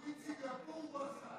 את תוכנית סינגפור הוא עשה.